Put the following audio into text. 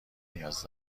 نیاز